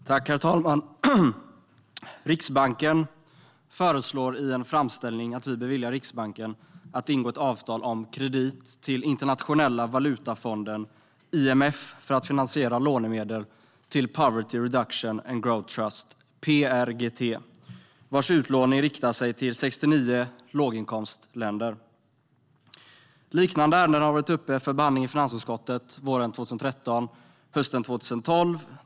Herr talman! Riksbanken föreslår i en framställning att vi beviljar Riksbanken att ingå ett avtal om kredit till Internationella valutafonden, IMF, för att finansiera lånemedel till Poverty Reduction and Growth Trust, PRGT, vars utlåning riktar sig till 69 låginkomstländer. Liknande ärenden har varit uppe för behandling i finansutskottet våren 2013 och hösten 2012.